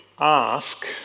ask